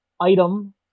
item